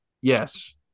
Yes